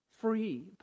Free